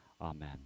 amen